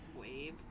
Wave